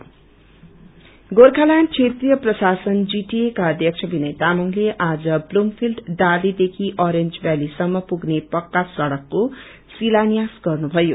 road GTA Gorkhaland क्षेत्रिय प्रशासन GTA का अध्यक्ष विनय तामाङले आज ब्लूमफील्ड डालीदेखि ओरेंज भेलीसम्म पुगने पक्का सड़कको शिलान्यास गर्नुभयो